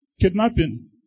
Kidnapping